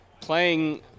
Playing